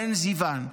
בעין זיוון.